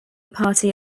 party